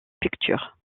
pictures